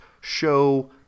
show